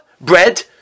bread